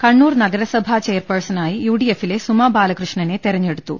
കണ്ണൂർ നഗരസഭാ ചെയർപെഴ്സാണായി U D എഫിലെ സുമാ ബാലകൃഷ്ണനെ തെരഞ്ഞെടുത്തു